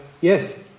yes